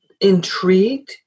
intrigued